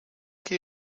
key